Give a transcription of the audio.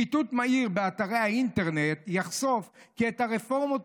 שיטוט מהיר באתרי האינטרנט יחשוף כי את הרפורמות